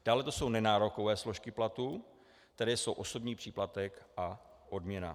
Dále jsou to nenárokové složky platu, které jsou osobní příplatek a odměna.